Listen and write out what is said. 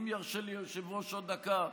אם ירשה לי היושב-ראש עוד דקה,